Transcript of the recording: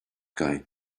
guy